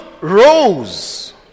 rose